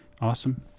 awesome